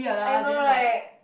I know right